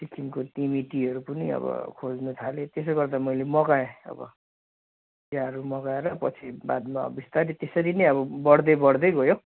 अनि सिक्किमको तिमी टीहरू पनि अब खोज्नथाले त्यसो गर्दा मैले मगाएँ अब चियाहरू मगाएर पछि बादमा अब बिस्तारै त्यसरी नै अब बढ्दै बढ्दै गयो